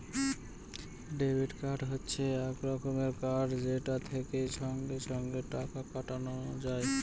debit card হচ্ছে এক রকমের কার্ড যেটা থেকে সঙ্গে সঙ্গে টাকা কাটানো যায়